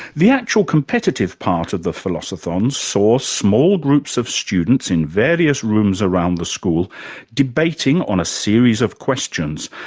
the actual competitive part of the philosothon saw small groups of students in various rooms around the school debating on a series of questions,